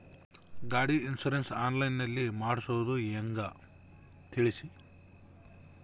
ಗಾಡಿ insurance online ನಲ್ಲಿ ಮಾಡ್ಸೋದು ಹೆಂಗ ತಿಳಿಸಿ?